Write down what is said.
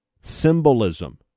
symbolism